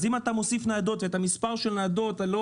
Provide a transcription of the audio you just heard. אז אם אתה מוסיף ניידות ואת מספר הניידות, אני לא